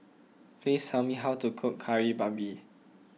please tell me how to cook Kari Babi